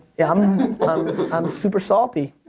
yeah i'm and i'm super salty.